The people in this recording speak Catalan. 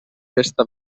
festa